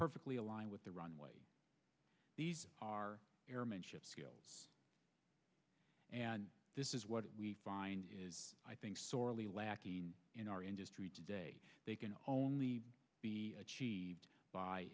perfectly aligned with the runway these are airmanship skills this is what we find is i think sorely lacking in our industry today they can only be achieved by